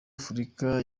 afurika